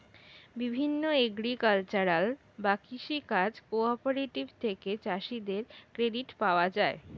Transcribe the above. বিভিন্ন এগ্রিকালচারাল বা কৃষি কাজ কোঅপারেটিভ থেকে চাষীদের ক্রেডিট পাওয়া যায়